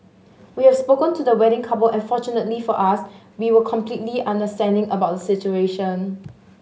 we have spoken to the wedding couple and fortunately for us we were completely understanding about the situation